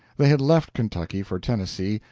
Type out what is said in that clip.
they had left kentucky for tennessee,